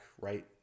right